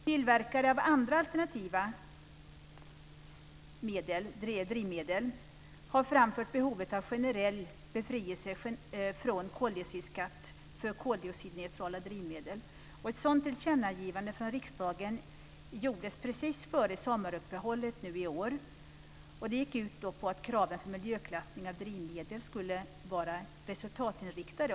Tillverkare av andra alternativa drivmedel har framfört behovet av generell befrielse från koldioxidskatt för koldioxidneutrala drivmedel. Ett sådant tillkännagivande från riksdagen gjordes precis före sommaruppehållet nu i år. Det gick ut på att kraven på miljöklassning av drivmedel skulle vara resultatinriktade.